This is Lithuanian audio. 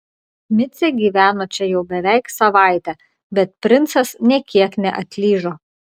micė gyveno čia jau beveik savaitę bet princas nė kiek neatlyžo